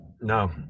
no